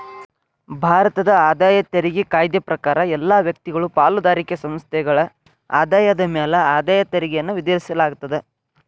ಭಾರತದ ಆದಾಯ ತೆರಿಗೆ ಕಾಯ್ದೆ ಪ್ರಕಾರ ಎಲ್ಲಾ ವ್ಯಕ್ತಿಗಳು ಪಾಲುದಾರಿಕೆ ಸಂಸ್ಥೆಗಳ ಆದಾಯದ ಮ್ಯಾಲೆ ಆದಾಯ ತೆರಿಗೆಯನ್ನ ವಿಧಿಸಲಾಗ್ತದ